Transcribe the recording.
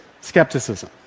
skepticism